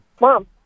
Mom